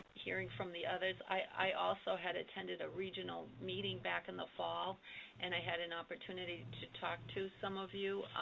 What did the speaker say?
hearing from the others. i also had attended a regional meeting back in the fall and i had an opportunity to talk to some of you,